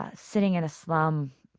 ah sitting in a slum,